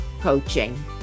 Coaching